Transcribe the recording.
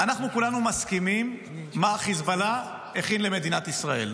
אנחנו כולנו מסכימים מה החיזבאללה הכין למדינת ישראל,